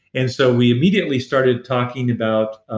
and so we immediately started talking about ah